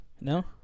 No